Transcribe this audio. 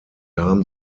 haben